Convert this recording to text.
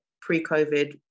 pre-COVID